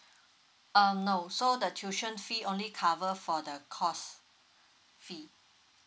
um no so the tuition fee only cover for the course fee